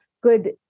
good